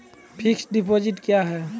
Fixed deposit क्या हैं?